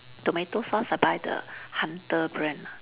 tomato sauce I buy the hunter brand ah